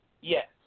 Yes